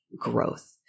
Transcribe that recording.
growth